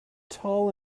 tall